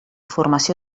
formació